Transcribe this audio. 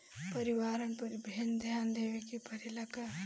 परिवारन पर भी ध्यान देवे के परेला का?